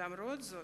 למרות זאת,